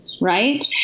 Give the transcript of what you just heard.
right